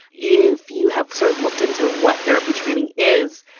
if you have sort of looked into what therapy training is,